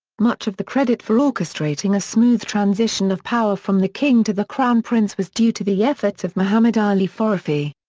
much of the credit for orchestrating a smooth transition of power from the king to the crown prince was due to the efforts of mohammad ali foroughi.